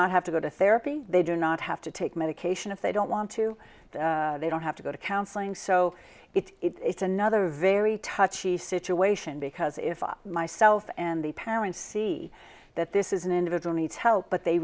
not have to go to therapy they do not have to take medication if they don't want to they don't have to go to counseling so it is another very touchy situation because if i myself and the parents see that this is an individual needs help but they